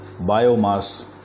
biomass